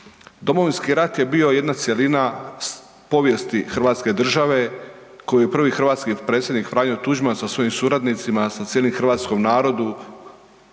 Domovinski rat je bio jedna cjelina povijesti hrvatske države koju je prvi hrvatski predsjednik Franjo Tuđman sa svojim suradnicima, sa cijelim hrvatskom narodu